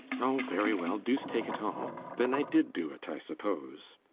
oh very well, deuce take it all then i did do it, i suppose.